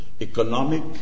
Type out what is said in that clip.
economic